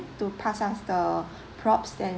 to pass us the props then